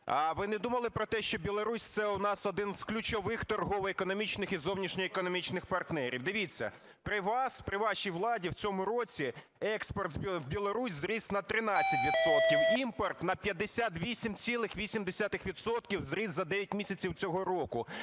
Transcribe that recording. Ви не думали про те, що Білорусь – це у нас один з ключових торгово-економічних і зовнішньоекономічних партнерів? Дивіться, при вас, при вашій владі в цьому році експорт в Білорусь зріс на 13 відсотків, імпорт на 58,8 відсотка зріс за дев'ять місяців цього року.